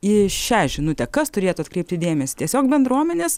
į šią žinutę kas turėtų atkreipti dėmesį tiesiog bendruomenės